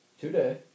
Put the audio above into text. today